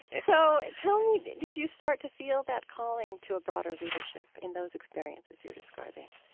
so tell me, did you start to feel that calling to a broader leadership in those experiences you're describing?